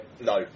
no